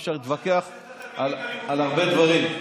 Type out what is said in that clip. אפשר להתווכח על הרבה דברים,